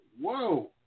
Whoa